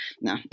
no